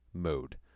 mode